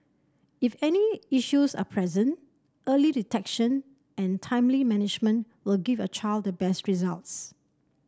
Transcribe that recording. if any issues are present early detection and timely management will give your child the best results